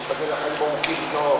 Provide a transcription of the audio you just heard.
ייבדל לחיים ארוכים בנו,